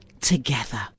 together